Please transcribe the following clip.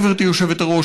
גברתי היושבת-ראש,